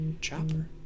Chopper